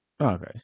Okay